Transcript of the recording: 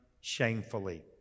shamefully